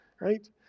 right